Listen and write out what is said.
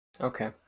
Okay